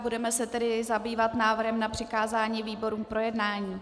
Budeme se tedy zabývat návrhem na přikázání výborům k projednání.